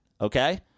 okay